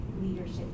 leadership